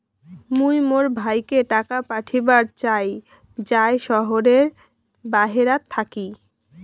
মুই মোর ভাইকে টাকা পাঠাবার চাই য়ায় শহরের বাহেরাত থাকি